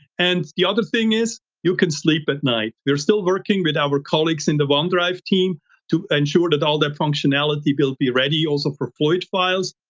and the other thing is you can sleep at night. you're still working with our colleagues in the onedrive team to ensure that all that functionality will be ready also for fluid files.